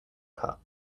cup